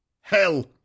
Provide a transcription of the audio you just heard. hell